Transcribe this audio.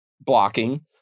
blocking